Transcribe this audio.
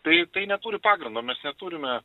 tai tai neturi pagrindo mes neturime